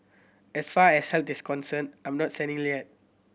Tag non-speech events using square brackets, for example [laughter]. as far as health is concerned I'm not [unintelligible] yet